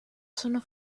sono